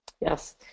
Yes